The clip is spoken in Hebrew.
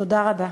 תודה רבה.